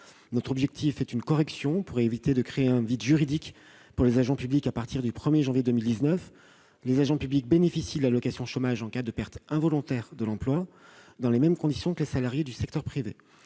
apporter une correction pour éviter la création d'un vide juridique s'agissant des agents publics à partir du 1 janvier 2019. Les agents publics bénéficient de l'allocation chômage en cas de perte involontaire de leur emploi, dans les mêmes conditions que les salariés du secteur privé.